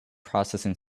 processing